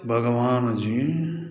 भगवान जी